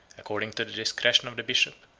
according to the discretion of the bishop,